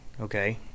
Okay